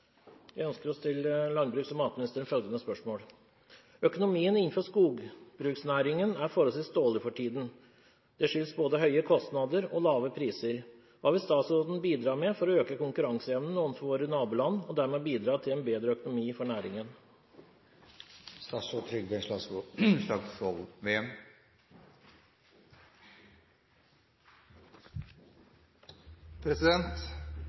Jeg ønsker å stille landbruks- og matministeren følgende spørsmål: «Økonomien innenfor skogbruksnæringen er forholdsvis dårlig for tiden. Det skyldes både høye kostnader og lave priser. Hva vil statsråden bidra med for å øke konkurranseevnen overfor våre naboland og dermed bidra til en bedre økonomi for næringen?»